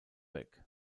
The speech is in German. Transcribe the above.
weg